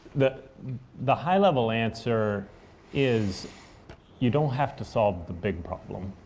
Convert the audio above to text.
the the high-level answer is you don't have to solve the big problem.